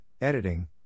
editing